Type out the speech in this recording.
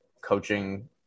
coaching